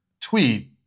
tweet